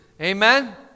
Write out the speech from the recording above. Amen